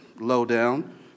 low-down